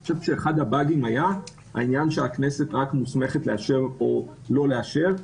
אני חושב שאחד הבאגים היה שהכנסת רק מוסמכת לאשר או לא לאשר,